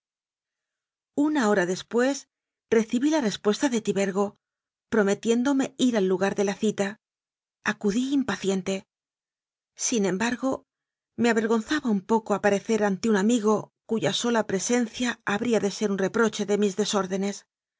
una hora después recibí la respuesta de tibergo prometiéndome ir al lugar de la cita acudí impaciente sin embargo me avergonzaba un poco aparecer ante un amigo cuya sola presencia ha bría de ser un reproche de mis desórdenes